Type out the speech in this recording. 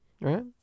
right